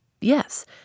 Yes